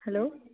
hello